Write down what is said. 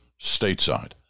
stateside